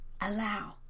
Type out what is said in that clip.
allow